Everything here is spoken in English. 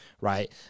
right